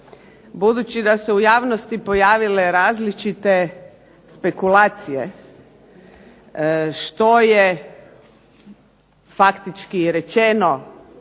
Buduće da su se u javnosti pojavile različite spekulacije što je faktički rečeno